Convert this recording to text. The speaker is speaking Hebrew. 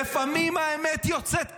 לפעמים האמת יוצאת כך,